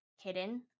hidden